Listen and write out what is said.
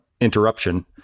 interruption